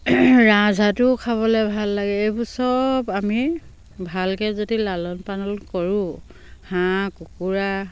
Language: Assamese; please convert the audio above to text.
ৰাজহাঁহটোও খাবলৈ ভাল লাগে এইবোৰ চব আমি ভালকৈ যদি লালন পালন কৰোঁ হাঁহ কুকুৰা